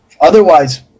otherwise